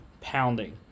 pounding